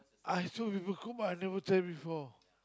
I saw people cook but I never try before